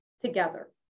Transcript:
together